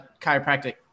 chiropractic